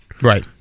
Right